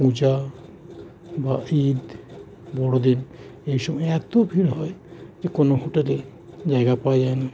পূজা বা ঈদ বড়দিন এই সময় এতো ভিড় হয় যে কোনো হোটেলে জায়গা পাওয়া যায় না